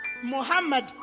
Muhammad